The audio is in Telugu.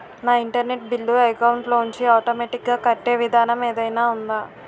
నా ఇంటర్నెట్ బిల్లు అకౌంట్ లోంచి ఆటోమేటిక్ గా కట్టే విధానం ఏదైనా ఉందా?